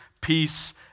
peace